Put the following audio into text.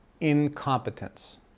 incompetence